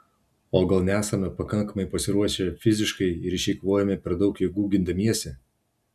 o gal nesame pakankamai pasiruošę fiziškai ir išeikvojome per daug jėgų gindamiesi